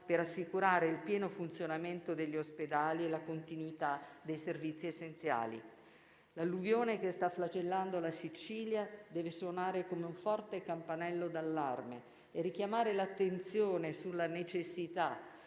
per assicurare il pieno funzionamento degli ospedali e la continuità dei servizi essenziali. L'alluvione che sta flagellando la Sicilia deve suonare come un forte campanello d'allarme e richiamare l'attenzione sulla necessità